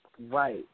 Right